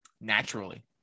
naturally